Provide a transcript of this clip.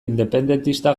independentista